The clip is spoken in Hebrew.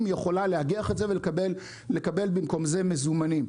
יכולה לאגח את זה ולקבל במקום זה מזומנים.